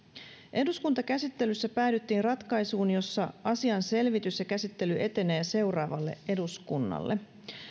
eduskuntakäsittelyssä päädyttiin ratkaisuun jossa asian selvitys ja käsittely etenevät seuraavalle eduskunnalle